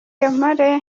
mpore